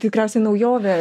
tikriausiai naujovė